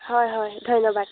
হয় হয় ধন্যবাদ